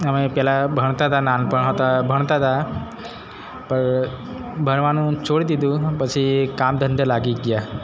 અમે પહેલાં ભણતા હતા નાનપણ હતા ભણતા તા પર ભણવાનું છોડી દીધું પછી કામ ધંધે લાગી ગયા